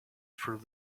through